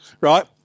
right